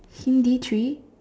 Hindi tree